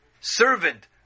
servant